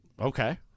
Okay